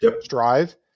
strive